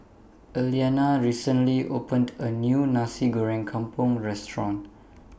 Alaina recently opened A New Nasi Goreng Kampung Restaurant